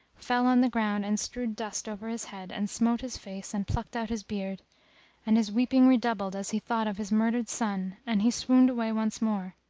fell on the ground and strewed dust over his head and smote his face and plucked out his beard and his weeping redoubled as he thought of his murdered son and he swooned away once more.